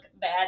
bad